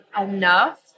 enough